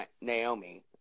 naomi